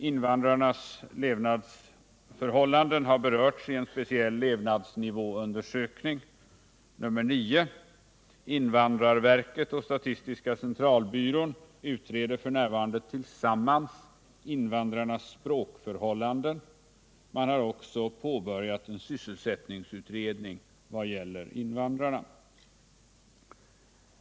Invandrarnas levnadsförhållanden har berörts i en speciell levnadsnivåundersökning, nr 9. Invandrarverket och statistiska centralbyrån utreder f. n. tillsammans invandrarnas språkförhållanden. Man har också påbörjat en sysselsättningsutredning vad gäller invandrarna.